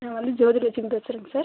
நான் வந்து ஜோதி லட்சுமி பேசுகிறேங்க சார்